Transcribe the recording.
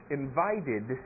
invited